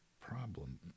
Problem